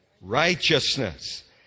righteousness